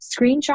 screenshot